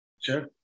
sure